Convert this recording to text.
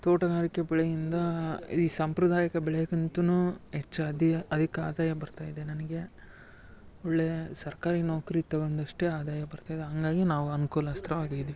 ತೋಟಗಾರಿಕೆ ಬೆಳೆಯಿಂದ ಈ ಸಾಂಪ್ರದಾಯಿಕ ಬೆಳೆಯಕಂತೂ ಹೆಚ್ಚು ಅದೀಯ ಅಧಿಕ ಆದಾಯ ಬರ್ತಾ ಇದೆ ನನಗೆ ಒಳ್ಳೆಯ ಸರ್ಕಾರಿ ನೌಕರಿ ತಗೊಂಡಷ್ಟೇ ಆದಾಯ ಬರ್ತಾ ಇದೆ ಹಂಗಾಗಿ ನಾವು ಅನ್ಕೂಲಸ್ಥರು ಆಗಿದ್ದೀವಿ